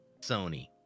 sony